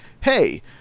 hey